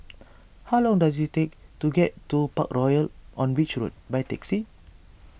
how long does it take to get to Parkroyal on Beach Road by taxi